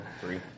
Three